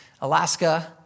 Alaska